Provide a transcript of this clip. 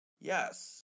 Yes